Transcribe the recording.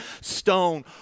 stone